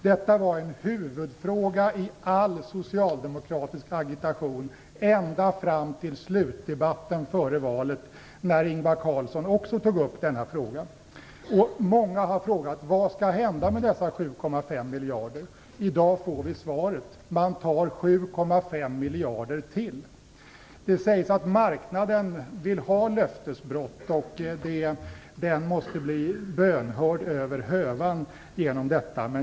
Det var en huvudfråga i all socialdemokratisk agitation ända fram till slutdebatten före valet, då också Ingvar Carlsson tog upp frågan. Många har frågat vad som skall hända med dessa 7,5 miljarder. I dag får vi svaret: Man tar 7,5 miljarder till. Det sägs att marknaden vill ha löftesbrott, och den måste bli bönhörd över hövan.